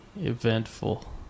eventful